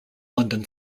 london